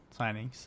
signings